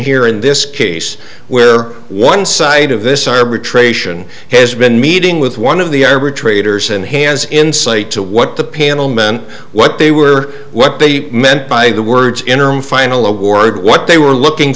here in this case where one side of this arbitration has been meeting with one of the arbitrator's and hands insight to what the panel meant what they were what they meant by the words interim final award what they were looking